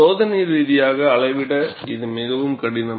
சோதனை ரீதியாக அளவிட இது மிகவும் கடினம்